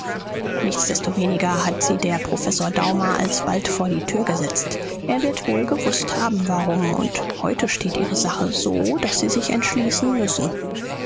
nichtsdestoweniger hat sie der professor daumer alsbald vor die tür gesetzt er wird wohl gewußt haben warum und heute steht ihre sache so daß sie sich entschließen müssen